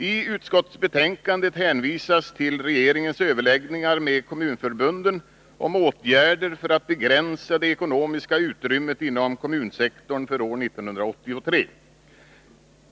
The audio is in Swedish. I utskottsbetänkandet hänvisas till regeringens överläggningar med kommunförbunden om åtgärder för att begränsa det ekonomiska utrymmet inom kommunsektorn för år 1983.